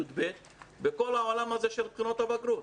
י"ב בכל העולם הזה של בחינות הבגרות.